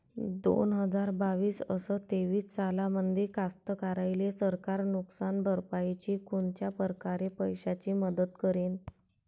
दोन हजार बावीस अस तेवीस सालामंदी कास्तकाराइले सरकार नुकसान भरपाईची कोनच्या परकारे पैशाची मदत करेन?